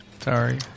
Sorry